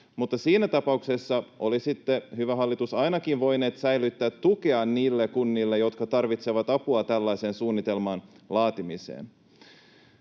Mutta siinä tapauksessa olisitte, hyvä hallitus, ainakin voineet säilyttää tuen niille kunnille, jotka tarvitsevat apua tällaisen suunnitelman laatimiseen.